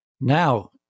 now